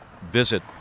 visit